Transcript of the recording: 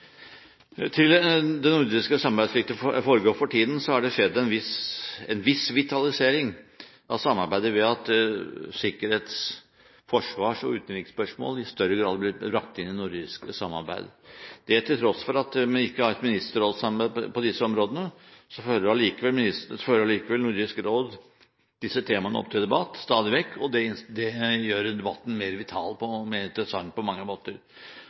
Til det nordiske samarbeid, slik det for tiden foregår: Det har skjedd en viss vitalisering av samarbeidet ved at sikkerhets-, forsvars- og utenriksspørsmål i større grad er blitt brakt inn i nordisk samarbeid. Til tross for at man ikke har et ministerrådssamarbeid på disse områdene, fører Nordisk råd allikevel stadig vekk disse temaene opp til debatt. Det gjør debatten på mange måter mer vital og mer interessant. Jeg vil si at vi fra Høyres side ser positivt på